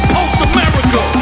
Post-America